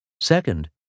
Second